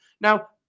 Now